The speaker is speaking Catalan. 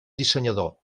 dissenyador